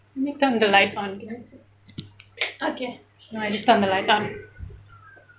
help me turn the light on okay no I just turned the light on